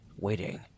waiting